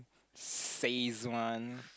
says one